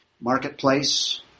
Marketplace